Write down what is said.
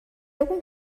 algum